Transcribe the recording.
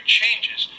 changes